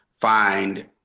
find